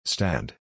Stand